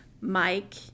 Mike